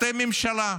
אתם הממשלה,